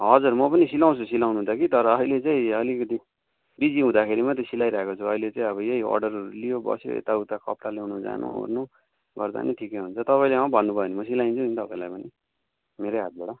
हजुर म पनि सिलाउछु सिलाउनु त कि तर अहिले चाहिँ अलिकति बिजी हुँदाखेरि मात्रै सिलाइरहेको छु अहिले चाहिँ अब यही हो अर्डर लियो बस्यो यता उता कपडा ल्याउनु जानु ओर्नु गर्दा नै ठिकै हु्न्छ तपाईँले भन्नुभयो भने म सिलाउँछु नि तपाईँलाई पनि मेरै हातबाट